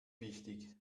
wichtig